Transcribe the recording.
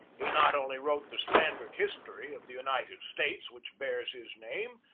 he not only wrote the standard history of the united states which bears his name,